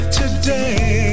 today